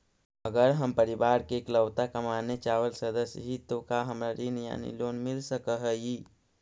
अगर हम परिवार के इकलौता कमाने चावल सदस्य ही तो का हमरा ऋण यानी लोन मिल सक हई?